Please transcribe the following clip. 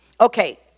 Okay